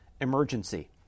emergency